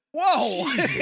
whoa